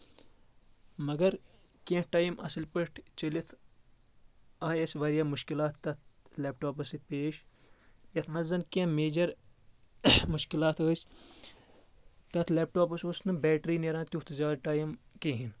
مگر کینٛہہ ٹایم اَصٕل پٲٹھۍ چلتھ آیہِ اسہِ واریاہ مُشکِلات تتھ لیپ ٹاپس سۭتۍ پیش یتھ منٛز زن کینٛہہ میجر مُشکِلات ٲسۍ تتھ لیپ ٹاپس اوس نہٕ بیٹری نیران تیُتھ زیادٕ ٹایم کِہیٖنۍ